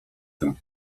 tym